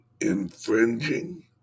infringing